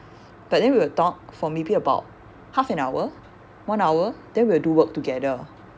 but then we will talk for maybe about half an hour one hour then we will do work together